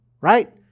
Right